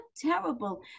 terrible